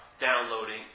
downloading